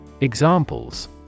Examples